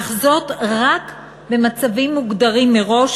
אך זאת רק במצבים מוגדרים מראש,